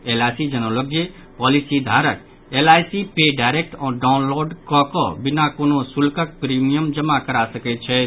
LIC जनौलक जे पॉलिसीधारक एलआईसी पे डायरेक्ट डाउनलॉड कऽ कऽ बिना कोनो शुल्कक प्रीमियम जमा करा सकैत छथि